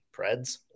Preds